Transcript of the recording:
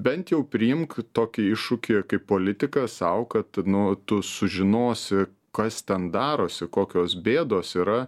bent jau priimk tokį iššūkį kaip politikas sau kad nu tu sužinosi kas ten darosi kokios bėdos yra